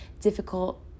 difficult